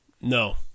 No